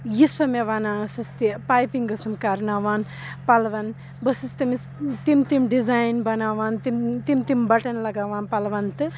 یہِ سۄ مےٚ وَنان ٲسٕس تہِ پایپِنٛگ ٲسُن کَرناوان پَلوَن بہٕ ٲسٕس تٔمِس تِم تِم ڈِزاین بَناوان تِم تِم تِم بَٹَن لَگاوان پَلوَن تہٕ